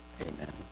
Amen